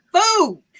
food